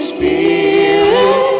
Spirit